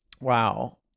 wow